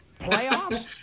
playoffs